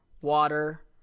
water